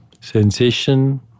Sensation